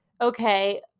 okay